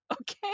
okay